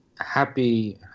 happy